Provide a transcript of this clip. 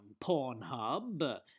Pornhub